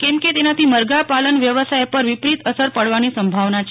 કેમ કે તેનાથી મરઘા પાલન વ્યવસાય પર વિપરીત અસર પડાવનો સંભાવના છે